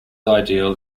ideal